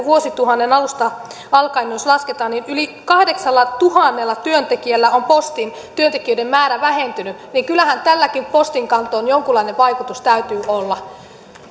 vuosituhannen alusta alkaen jos lasketaan että kun yli kahdeksallatuhannella työntekijällä on postin työntekijöiden määrä vähentynyt niin kyllähän tälläkin postinkantoon jonkunlainen vaikutus täytyy olla